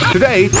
Today